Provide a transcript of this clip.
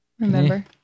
Remember